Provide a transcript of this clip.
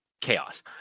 chaos